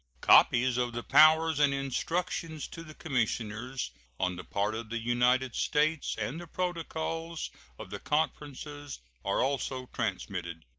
copies of the powers and instructions to the commissioners on the part of the united states and the protocols of the conferences are also transmitted.